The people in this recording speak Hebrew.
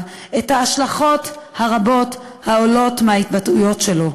את ההשלכות הרבות העולות מההתבטאויות שלו,